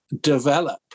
develop